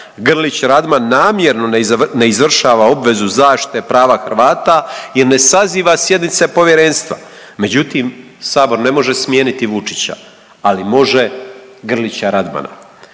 Grlić Radman namjerno ne izvršava obvezu zaštite prava Hrvata jer ne saziva sjednice Povjerenstva. Međutim, Sabor ne može smijeniti Vučića, ali može Grlića Radmana.